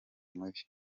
muri